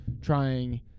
trying